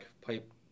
pipe